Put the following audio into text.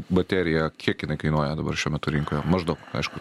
baterija kiek jinai kainuoja dabar šiuo metu rinkoje maždaug aišku